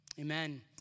amen